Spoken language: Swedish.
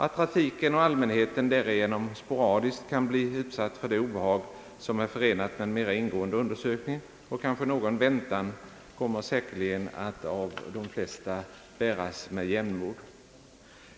Att trafiken och allmänheten därigenom sporadiskt kan bli utsatt för det obehag som är förenat med en mera ingående undersökning och kanske någon väntan kommer säkerligen att av de flesta bäras med jämnmod.